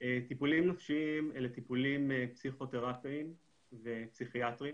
טיפולים נפשיים אלה טיפולים פסיכותרפיים ופסיכיאטריים,